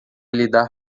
lidar